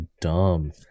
dumb